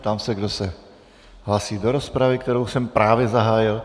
Ptám se, kdo se hlásí do rozpravy, kterou jsem právě zahájil.